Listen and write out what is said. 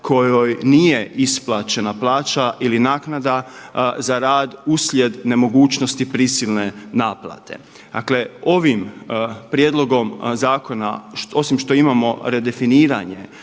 kojoj nije isplaćena plaća ili naknada za rad uslijed nemogućnosti prisilne naplate. Dakle, ovim prijedlogom zakona osim što imamo redefiniranje